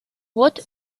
what